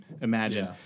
imagine